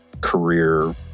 career